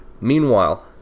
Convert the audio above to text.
meanwhile